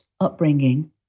upbringing